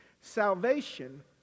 Salvation